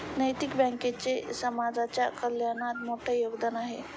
नैतिक बँकेचे समाजाच्या कल्याणात मोठे योगदान आहे